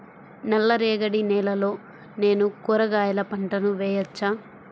నల్ల రేగడి నేలలో నేను కూరగాయల పంటను వేయచ్చా?